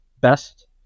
best